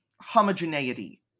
homogeneity